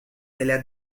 della